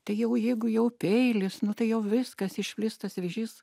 tai jau jeigu jau peilis nu tai jau viskas išplis tas vėžys